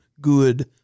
good